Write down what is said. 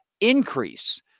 increase